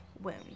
wound